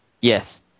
Yes